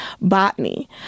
botany